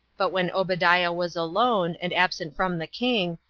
but when obadiah was alone, and absent from the king,